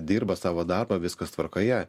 dirba savo darbą viskas tvarkoje